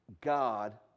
God